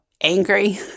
angry